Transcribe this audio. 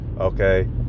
okay